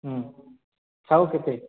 ଶାଗ କେତେ